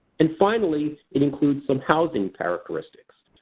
and finally, it includes some housing characteristics.